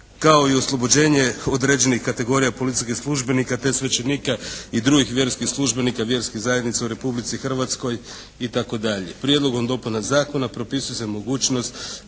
kao i oslobođenje određenih kategorija policijskih službenika te svećenika i drugih vjerskih službenika, vjerskih zajednica u Republici Hrvatskoj itd. Prijedlogom dopuna zakona propisuje se mogućnost